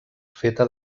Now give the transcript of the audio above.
feta